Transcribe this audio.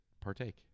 partake